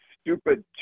stupid